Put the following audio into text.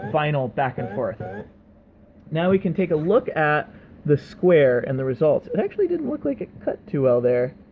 vinyl back and forth. now we can take a look at the square and the results. it actually didn't look like it cut too well there,